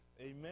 Amen